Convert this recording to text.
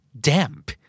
Damp